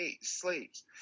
slaves